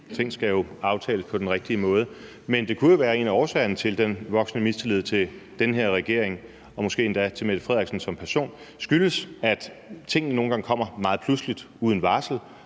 ting skal jo aftales på den rigtige måde, men på den anden side kunne det jo være, at en af årsagerne til den voksende mistillid til den her regering og måske endda til Mette Frederiksen som person er, at tingene nogle gange kommer meget pludseligt, uden varsel,